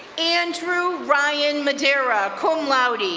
andrew ryan madeira, cum laude,